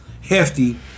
hefty